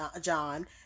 John